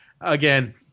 again